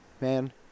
man